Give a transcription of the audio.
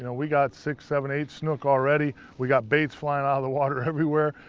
you know we got six, seven, eight snook already. we've got baits flying out of the water everywhere.